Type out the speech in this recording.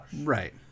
Right